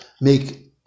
make